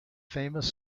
famous